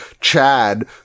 Chad